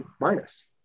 minus